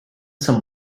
some